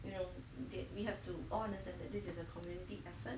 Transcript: you know that we have to all understand that this is a community effort